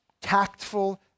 tactful